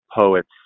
poet's